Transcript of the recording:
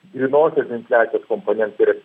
grynosios infliacijos komponentai yra